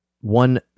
one